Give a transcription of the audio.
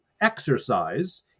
exercise